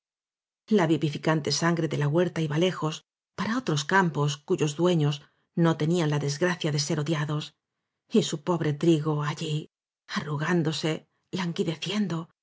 la vivificante sangre de la huerta iba lejos para otros campos cuyos dueños no tenían la desgracia de ser odiados y su pobre trigo allí arrugándose languideciendo